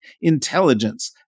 intelligence